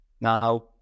Now